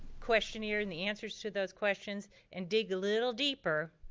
questionnaire and the answers to those questions and dig a little deeper,